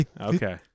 Okay